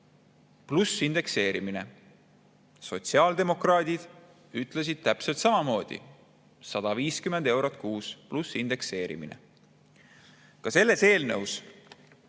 pluss indekseerimine. Sotsiaaldemokraadid ütlesid täpselt samamoodi, et 150 eurot kuus pluss indekseerimine. Ka selles eelnõus